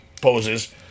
poses